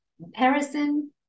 comparison